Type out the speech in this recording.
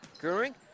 Goering